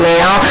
now